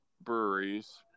breweries